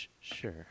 Sure